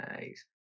nice